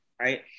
right